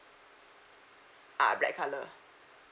ah black colour